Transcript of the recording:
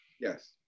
Yes